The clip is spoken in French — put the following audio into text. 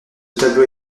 tableau